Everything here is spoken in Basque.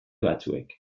batzuek